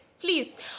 please